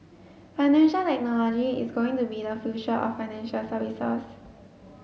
financial technology is going to be the future of financial services